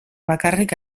bakarrik